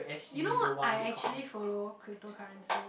you know I actually follow cryptocurrency